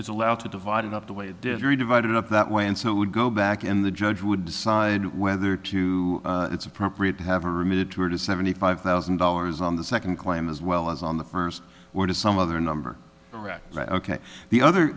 is allowed to divide it up the way it did three divided up that way and so it would go back and the judge would decide whether to it's appropriate to have a remitted to or to seventy five thousand dollars on the second claim as well as on the first or to some other number ok the other